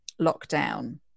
lockdown